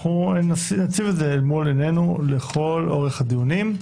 נשים את זה מול עינינו לכל אורך הדיונים.